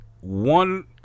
One